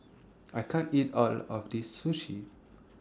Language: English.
I can't eat All of This Sushi